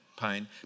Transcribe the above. pain